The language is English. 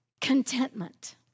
contentment